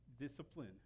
discipline